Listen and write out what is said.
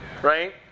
right